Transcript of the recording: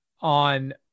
on